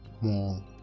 more